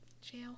Jail